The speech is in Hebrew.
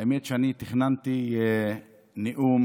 האמת שאני תכננתי נאום